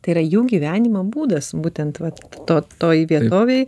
tai yra jų gyvenimo būdas būtent vat to toj vietovėj